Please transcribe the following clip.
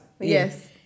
Yes